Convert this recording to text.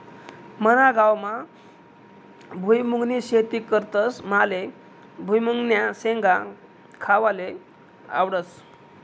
मना गावमा भुईमुंगनी शेती करतस माले भुईमुंगन्या शेंगा खावाले आवडस